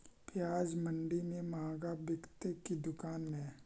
प्याज मंडि में मँहगा बिकते कि दुकान में?